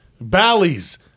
Bally's